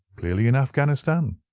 clearly in afghanistan